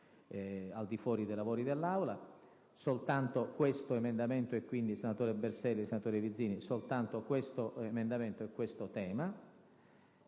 al di fuori dei lavori dell'Aula (soltanto questo emendamento e quindi, senatore Berselli e senatore Vizzini, soltanto questo tema), dove si